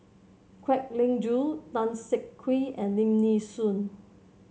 Kwek Leng Joo Tan Siak Kew and Lim Nee Soon